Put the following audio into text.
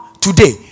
today